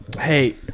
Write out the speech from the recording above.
hey